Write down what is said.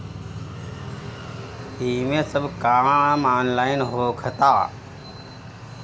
एमे सब काम ऑनलाइन होखता